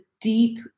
deep